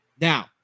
Now